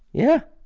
yeah.